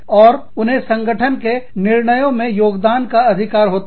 और उन्हें संगठन के निर्णयों में योगदान का अधिकार होता है